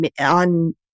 on